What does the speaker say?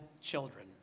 children